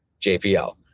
JPL